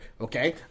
Okay